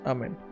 Amen